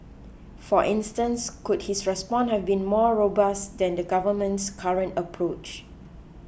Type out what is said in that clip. for instance could his response have been more robust than the government's current approach